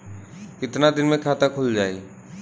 कितना दिन मे खाता खुल जाई?